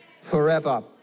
forever